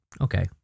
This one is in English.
Okay